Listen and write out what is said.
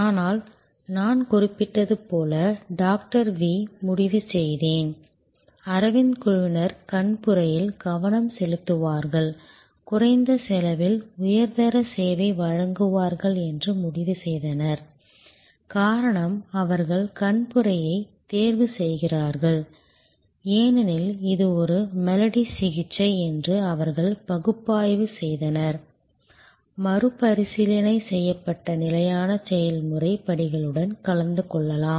ஆனால் நான் குறிப்பிட்டது போல டாக்டர் வி முடிவு செய்தேன் அரவிந்த் குழுவினர் கண்புரையில் கவனம் செலுத்துவார்கள் குறைந்த செலவில் உயர்தர சேவை வழங்குவார்கள் என்று முடிவு செய்தனர் காரணம் அவர்கள் கண்புரையைத் தேர்வு செய்கிறார்கள் ஏனெனில் இது ஒரு மெலடி சிகிச்சை என்று அவர்கள் பகுப்பாய்வு செய்தனர் மறுபரிசீலனை செய்யப்பட்ட நிலையான செயல்முறை படிகளுடன் கலந்து கொள்ளலாம்